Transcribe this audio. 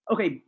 Okay